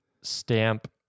stamp